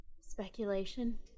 Speculation